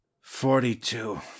Forty-two